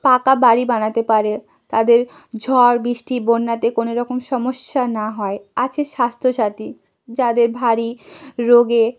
পাকা বাড়ি বানাতে পারে তাদের ঝড় বিষ্টি বন্যাতে কোনোরকম সমস্যা না হয় আছে স্বাস্থ্যসাথী যাদের ভারী রোগে